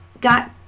Got